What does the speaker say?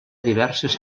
diverses